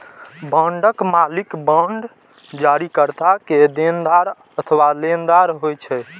बांडक मालिक बांड जारीकर्ता के देनदार अथवा लेनदार होइ छै